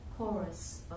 Chorus